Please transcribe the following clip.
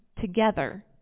together